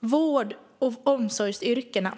vård och omsorgsyrkena.